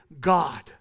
God